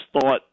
thought